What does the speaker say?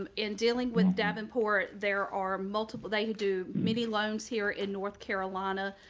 um in dealing with davenport there are multiple they do many loans here in north carolina.